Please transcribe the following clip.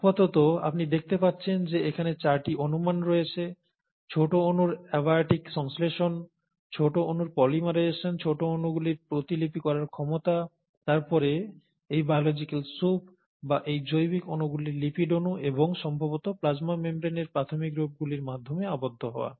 আপাতত আপনি দেখতে পাচ্ছেন যে এখানে চারটি অনুমান রয়েছে ছোট অণুর অ্যাবায়োটিক সংশ্লেষণ ছোট অণুর পলিমারাইজেশন ছোট অণুগুলির প্রতিলিপি করার ক্ষমতা তারপরে এই বায়োলজিক্যাল স্যুপ বা এই জৈবিক অণুগুলির লিপিড অণু এবং সম্ভবত প্লাজমা মেমব্রেনের প্রাথমিক রূপগুলির মাধ্যমে আবদ্ধ হওয়া